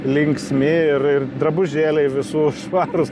linksmi ir ir drabužėliai visų švarūs